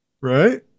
Right